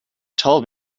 told